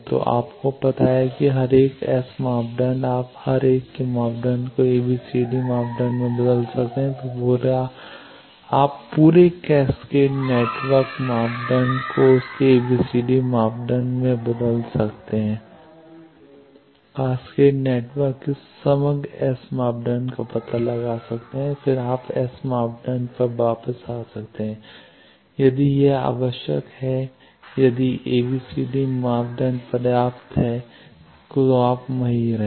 तो आपको पता है कि हर एक एस मापदंड आप हर एक के मापदंड को उसके एबीसीडी मापदंड में बदल सकते हैं फिर आप पूरे कैस्केड नेटवर्क के समग्र एस मापदंड का पता लगा सकते हैं और फिर आप एस मापदंड पर वापस आ सकते हैं यदि यह आवश्यक है या यदि एबीसीडी मापदंड पर्याप्त है कि आप वहां रहें